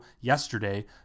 yesterday